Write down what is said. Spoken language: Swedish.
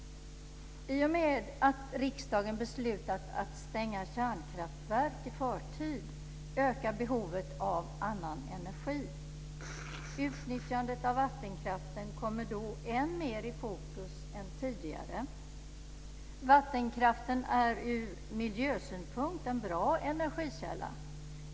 I och med att riksdagen beslutat att stänga kärnkraftverk i förtid ökar behovet av annan energi. Utnyttjandet av vattenkraften kommer då än mer i fokus än tidigare. Vattenkraften är ur miljösynpunkt en bra energikälla.